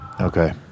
Okay